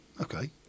Okay